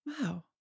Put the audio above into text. Wow